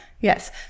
Yes